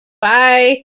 Bye